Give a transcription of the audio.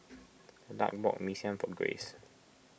Lark bought Mee Siam for Grace